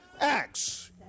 acts